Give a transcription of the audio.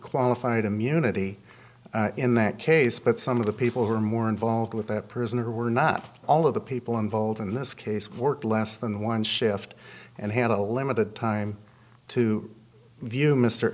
qualified immunity in that case but some of the people who were more involved with that person who were not all of the people involved in this case worked less than one shift and had a limited time to view mr